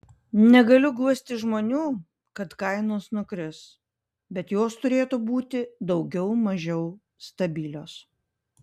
negaliu guosti žmonių kad kainos nukris bet jos turėtų būti daugiau mažiau stabilios